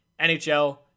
NHL